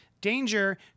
Danger